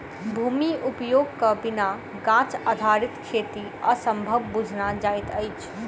भूमि उपयोगक बिना गाछ आधारित खेती असंभव बुझना जाइत अछि